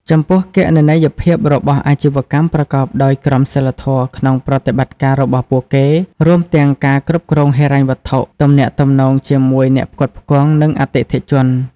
ចំពោះគណនេយ្យភាពរបស់អាជីវកម្មប្រកបដោយក្រមសីលធម៌ក្នុងប្រតិបត្តិការរបស់ពួកគេ រួមទាំងការគ្រប់គ្រងហិរញ្ញវត្ថុ ទំនាក់ទំនងជាមួយអ្នកផ្គត់ផ្គង់ និងអតិថិជន។